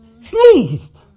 sneezed